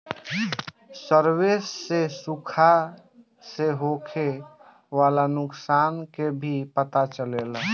survey से सुखा से होखे वाला नुकसान के भी पता चलेला